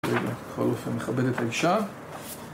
רגע, בכל אופן נכבד את האישה